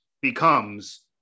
becomes